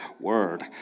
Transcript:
Word